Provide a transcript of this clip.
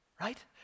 right